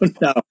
no